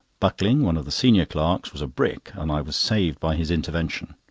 buckling, one of the senior clerks, was a brick, and i was saved by his intervention.